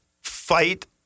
fight